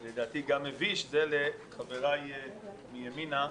לדעתי גם מביש, זה חבריי מימינה,